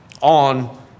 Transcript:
on